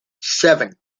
seven